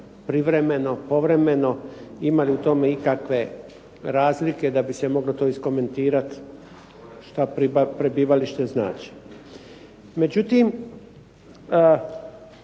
privremeno, povremeno, ima li u tome ikakve razlike da bi se moglo to iskomentirati što prebivalište znači.